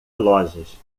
lojas